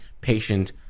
patient